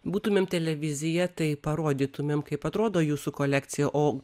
būtumėm televizija tai parodytumėm kaip atrodo jūsų kolekcija o